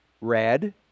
red